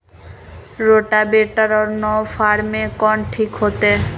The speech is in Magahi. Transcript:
रोटावेटर और नौ फ़ार में कौन ठीक होतै?